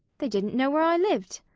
they didn't know where i lived.